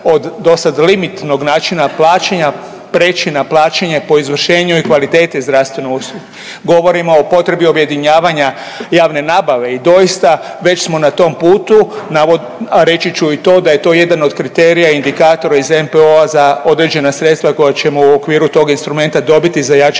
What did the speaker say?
od do sad limitnog načina plaćanja prijeći na plaćanje po izvršenju i kvaliteti zdravstvene usluge. Govorimo o potrebi objedinjavanja javne nabave i doista već smo na tom putu. Reći ću i to da je to jedan od kriterija indikatora iz NPO-a za određena sredstva koja ćemo u okviru tog instrumenta dobiti za jačanje